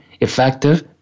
effective